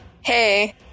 Hey